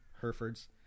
Hereford's